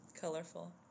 Colorful